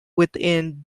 within